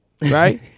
Right